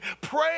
pray